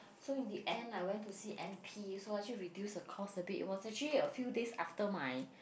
so in the end I went to see M P so actually reduce the cost a bit it was actually a few days after my